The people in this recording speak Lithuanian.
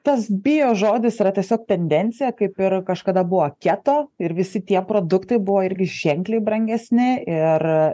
tas bio žodis yra tiesiog tendencija kaip ir kažkada buvo keto ir visi tie produktai buvo irgi ženkliai brangesni ir